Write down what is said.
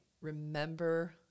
remember